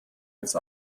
jetzt